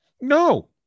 No